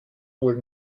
wohl